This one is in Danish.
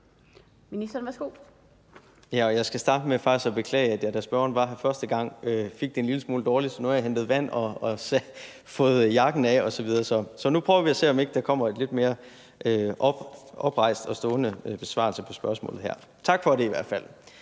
Jeg skal starte med faktisk at beklage, at jeg, da spørgeren stod her første gang, fik det en lille smule dårligt, så nu har jeg hentet vand og fået jakken af osv., så nu prøver vi at se, om ikke der kommer en lidt mere oprejst og stående besvarelse af spørgsmålet her. Tak for det i hvert fald.